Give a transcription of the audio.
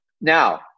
Now